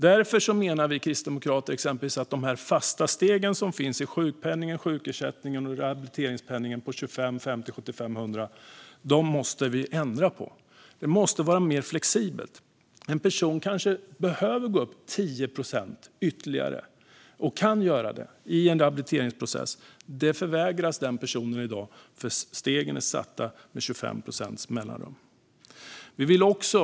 Därför menar vi kristdemokrater exempelvis att vi måste ändra på de fasta stegen i sjukpenningen, sjukersättningen och rehabiliteringspenningen på 25, 50, 75 och 100 procent. Det måste vara mer flexibelt. En person kanske behöver gå upp ytterligare 10 procent och kan göra det i en rehabiliteringsprocess. Detta förvägras denna person i dag, för stegen är satta med 25 procents mellanrum.